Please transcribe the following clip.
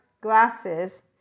glasses